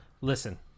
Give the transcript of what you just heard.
listen